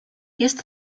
jest